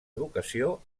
educació